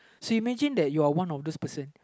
so you imagine that you are one of those person